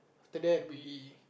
after that we